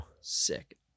sick